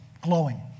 glowing